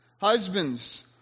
Husbands